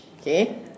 Okay